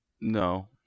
No